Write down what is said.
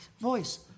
voice